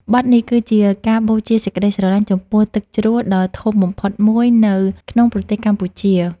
បទនេះគឺជាការបូជាសេចក្ដីស្រឡាញ់ចំពោះទឹកជ្រោះដ៏ធំបំផុតមួយនៅក្នុងប្រទេសកម្ពុជា។